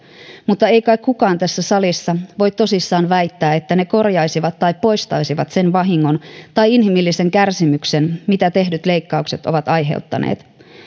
mutta ei kai kukaan tässä salissa voi tosissaan väittää että ne korjaisivat tai poistaisivat sen vahingon tai inhimillisen kärsimyksen mitä tehdyt leikkaukset ovat aiheuttaneet